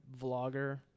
vlogger